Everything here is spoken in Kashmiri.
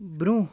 برٛونٛہہ